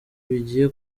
bigiye